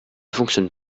fonctionne